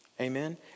Amen